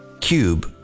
cube